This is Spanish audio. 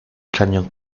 cañón